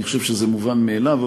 אני חושב שזה מובן מאליו.